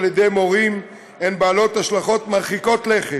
ידי מורים הן בעלות השלכות מרחיקות לכת,